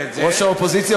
ראש האופוזיציה,